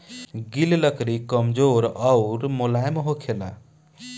गिल लकड़ी कमजोर अउर मुलायम होखेला